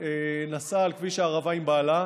שנסעה על כביש הערבה עם בעלה,